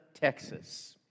Texas